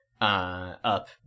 Up